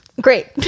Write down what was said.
Great